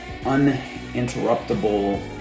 uninterruptible